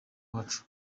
wacu